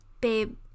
babe